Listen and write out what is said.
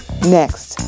next